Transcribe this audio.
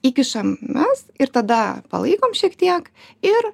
įkišam mes ir tada palaikom šiek tiek ir